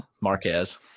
Marquez